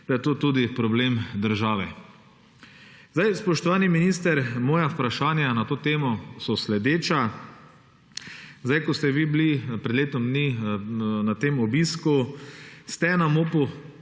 da je to tudi problem države. Spoštovani minister, moja vprašanja na to temo so sledeča: Ko ste vi bili pred letom dni na tem obisku, ste na MOP